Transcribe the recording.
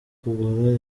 kugura